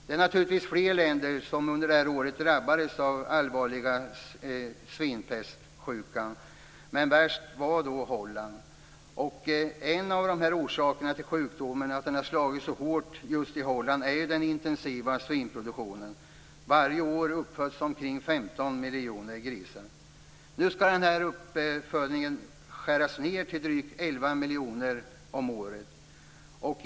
Det var naturligtvis fler länder som under det här året drabbades allvarligt av svinpesten, men värst var det i Holland. En av orsakerna till att sjukdomen slagit så hårt just i Holland är den intensiva svinproduktionen. Varje år uppföds omkring 15 miljoner grisar. Nu skall uppfödningen skäras ned till drygt 11 miljoner om året.